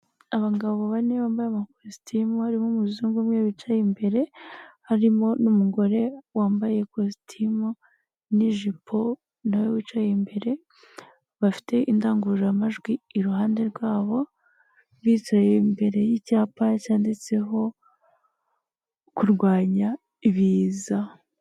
Abagabo bane bambaye amakositimu, barimo umuzungu umwe wicaye imbere, harimo n'umugore wambaye ikositimu n'ijipo nawe wicaye imbere, bafite indangururamajwi iruhande rwabo, bicaye imbere y'icyapa cyanditseho kurwanya ibiza.